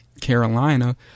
Carolina